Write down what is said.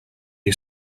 you